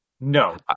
No